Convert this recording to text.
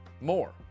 more